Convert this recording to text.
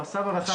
או הסבא וסבתא,